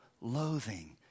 loathing